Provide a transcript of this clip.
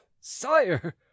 sire